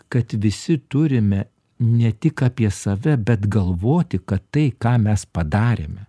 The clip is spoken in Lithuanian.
kad visi turime ne tik apie save bet galvoti kad tai ką mes padarėme